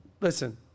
Listen